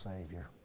Savior